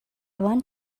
want